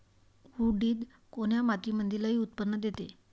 उडीद कोन्या मातीमंदी लई उत्पन्न देते?